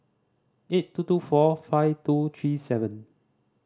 eight two two four five two three seven